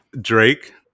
Drake